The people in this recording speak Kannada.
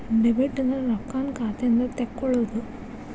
ಡೆಬಿಟ್ ಅಂದ್ರ ರೊಕ್ಕಾನ್ನ ಖಾತೆಯಿಂದ ತೆಕ್ಕೊಳ್ಳೊದು